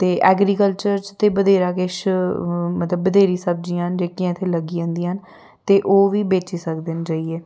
ते ऐग्रीकल्चर च ते बत्थेरा किश मतलब बत्थेरी सब्जियां न जेह्कियां इत्थें लग्गी जंदियां न ते ओह् बी बेची सकदे न जाइयै